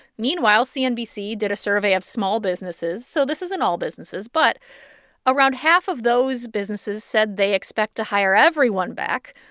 meanwhile, cnbc did a survey of small businesses, so this isn't all businesses. but around half of those businesses said they expect to hire everyone back.